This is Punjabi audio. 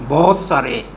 ਬਹੁਤ ਸਾਰੇ